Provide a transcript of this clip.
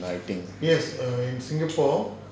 writing